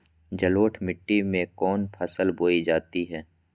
जलोढ़ मिट्टी में कौन फसल बोई जाती हैं?